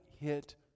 hit